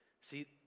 See